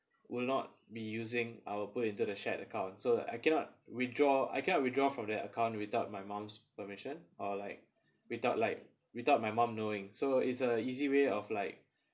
will not be using I'll put into the shared account so I cannot withdraw I cannot withdraw from that account without my mum's permission or like without like without my mom knowing so it's a easy way of like